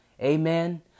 Amen